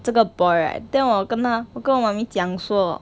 这个 boy right then 我跟他我跟我 mummy 讲说